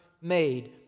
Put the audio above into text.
made